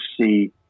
see